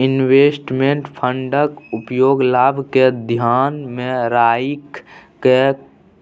investment फंडक उपयोग लाभ केँ धियान मे राइख कय